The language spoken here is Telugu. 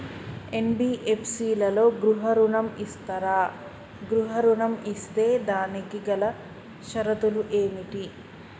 ఎన్.బి.ఎఫ్.సి లలో గృహ ఋణం ఇస్తరా? గృహ ఋణం ఇస్తే దానికి గల షరతులు ఏమిటి?